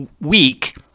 week